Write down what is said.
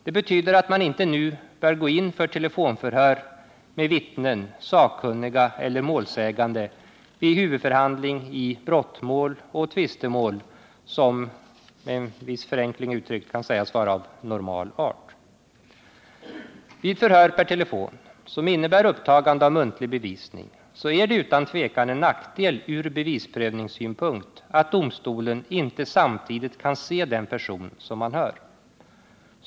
Det betyder att man inte nu bör gå in för telefonförhör med vittnen, sakkunniga eller målsägande vid huvudförhandling i brottmål och tvistemål som — förenklat uttryckt — kan sägas vara av normal art. Vid förhör per telefon som innebär upptagande av muntlig bevisning är det utan tvekan en nackdel från bevisprövningssynpunkt att domstolen inte samtidigt kan se den person som den hör.